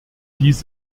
dies